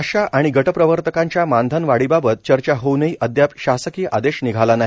आशा आणि गटप्रवर्तकांच्या मानधन वाढीबाबत चर्चा होऊनही अद्याप शासकीय आदेश निघाला नाही